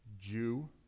Jew